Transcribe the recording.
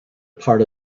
part